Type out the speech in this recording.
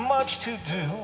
much to do